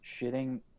shitting